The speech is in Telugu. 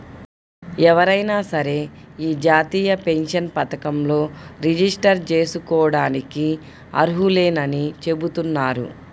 ఎవరైనా సరే యీ జాతీయ పెన్షన్ పథకంలో రిజిస్టర్ జేసుకోడానికి అర్హులేనని చెబుతున్నారు